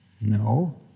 No